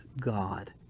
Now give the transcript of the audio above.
God